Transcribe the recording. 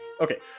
Okay